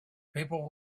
people